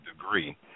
degree